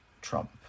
trump